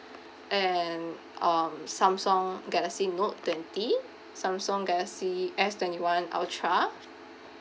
and um samsung galaxy note twenty samsung galaxy S twenty one ultra